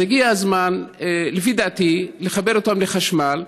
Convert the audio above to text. אז הגיע הזמן, לפי דעתי, לחבר אותם לחשמל,